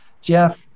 Jeff